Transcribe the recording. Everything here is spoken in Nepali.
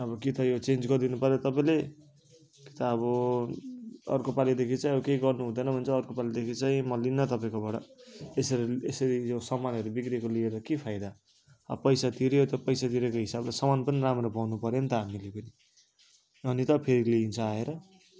अब कि त यो चेन्ज गरिदिनु पऱ्यो तपाईँले कि त अब अर्को पालिदेखि चाहिँ के अब केही गर्नु हुँदैन भने चाहिँ अर्को पालिदेखि चाहिँ म लिन्न तपाईँकोबाट यसरी यसरी यो सामानहरू बिग्रेको लिएर के फाइदा अब पैसा तिऱ्यो त पैसा तिरेको हिसाबले सामान पनि राम्रो पाउनु पऱ्यो नि त हामीले फेरि अनि त फेरि लिन्छ आएर